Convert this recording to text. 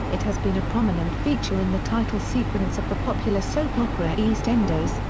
it has been a prominent feature in the title sequence of the popular soap opera eastenders,